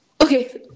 Okay